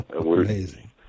Amazing